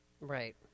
Right